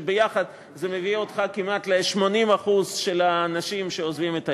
ביחד זה מביא אותך לכמעט 80% של האנשים שעוזבים את העיר.